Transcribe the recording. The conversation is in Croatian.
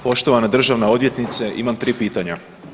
Poštovana državna odvjetnice imam tri pitanja.